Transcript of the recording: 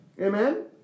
Amen